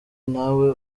nawe